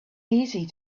easy